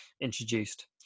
introduced